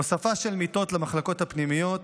הוספה של מיטות למחלקות הפנימיות,